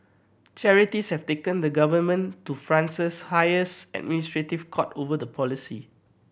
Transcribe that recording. charities have taken the government to France's highest administrative court over the policy